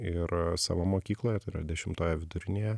ir savo mokykloje tai yra dešimtoje vidurinėje